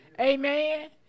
Amen